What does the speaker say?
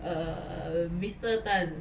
err mr tan